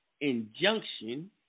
injunction